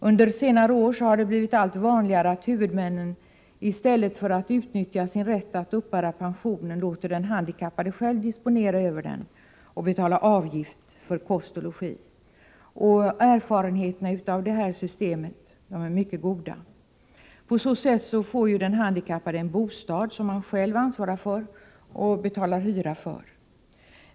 Under senare år har det blivit allt vanligare att huvudmännen i stället för att utnyttja sin rätt att uppbära pensionen låter den handikappade själv disponera över den och betala avgift för kost och logi. Erfarenheterna av detta system är mycket goda. På så sätt får ju den handikappade en bostad som han själv ansvarar för och betalar hyra för.